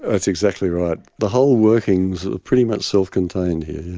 that's exactly right. the whole workings are pretty much self-contained here,